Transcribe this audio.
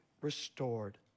restored